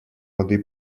лады